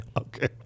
Okay